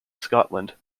scotland